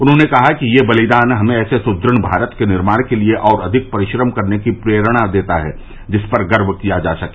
उन्होंने कहा कि यह बलिदान हमें ऐसे सुदृढ़ भारत के निर्माण के लिए और अधिक परिश्रम करने की प्रेरणा देता है जिस पर गर्व किया जा सके